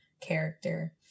character